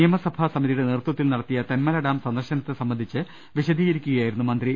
നിയമസഭാ സമി തിയുടെ നേതൃത്വത്തിൽ നടത്തിയ തെന്മല ഡാം സന്ദർശനത്തെ സംബന്ധിച്ച് വിശദീകരിക്കുകയായിരുന്നു മന്ത്രി